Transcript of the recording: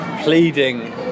pleading